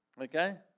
okay